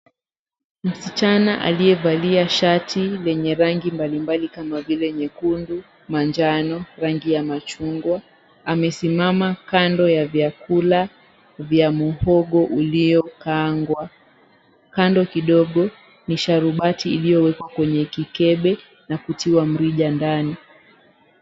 Msichana aliyevalia shati lenye rangi mbalimbali kama vile nyekundu, manjano, rangi ya machungwa amesimama kando ya vyakula vya muhogo uliokaangwa. Kando kidogo ni sharubati iliyowekwa kwenye kikebe na kutiwa mrija ndani.